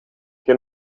che